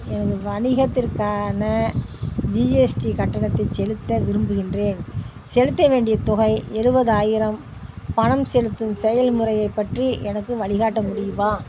எனது வணிகத்திற்கான ஜிஎஸ்டி கட்டணத்தைச் செலுத்த விரும்புகின்றேன் செலுத்த வேண்டிய தொகை எழுவதாயிரம் பணம் செலுத்தும் செயல்முறையைப் பற்றி எனக்கு வழிகாட்ட முடியுமா